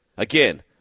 Again